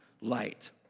light